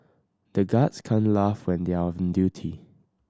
the guards can laugh when they are on the duty